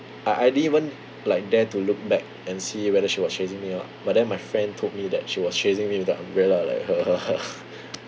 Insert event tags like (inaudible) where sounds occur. I I didn't even like dare to look back and see whether she was chasing me or not but then my friend told me that she was chasing me with the umbrella like !huh! !huh! !huh! (laughs)